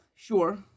Sure